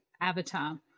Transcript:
avatar